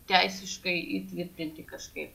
teisiškai įtvirtinti kažkaip